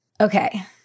Okay